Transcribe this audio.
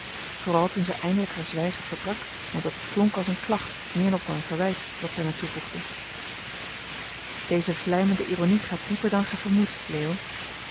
vooral toen zij eindelijk haar zwijgen verbrak want het klonk als eene klacht meer nog dan verwijt wat zij mij toevoegde deze vlijmende ironie gaat dieper dan gij vermoedt leo